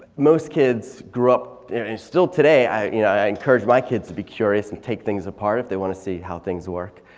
most kids grew up, there is still today. i you know i encourage my kids to be curious and take things apart if they wanna see how things work.